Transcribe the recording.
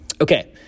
okay